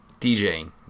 DJing